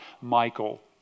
Michael